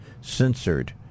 censored